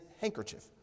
handkerchief